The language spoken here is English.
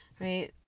Right